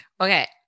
Okay